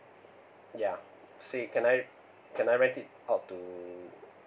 ya say can I can I rent it out to